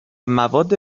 مواد